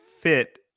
fit